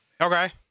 Okay